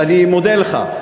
אני מודה לך.